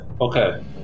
okay